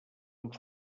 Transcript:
amb